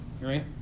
right